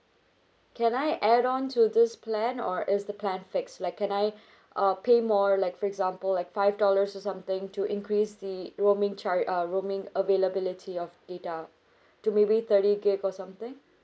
can I add on to this plan or is the plan fixed like can I uh pay more like for example like five dollars or something to increase the roaming try uh roaming availability of data to maybe thirty gig or something